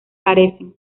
parecen